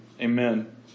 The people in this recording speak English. amen